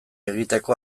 egiteko